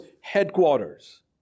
headquarters